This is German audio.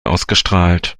ausgestrahlt